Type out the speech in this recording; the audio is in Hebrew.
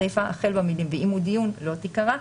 הסיפה החל במילים "ואם הוא דיון" - לא תיקרא.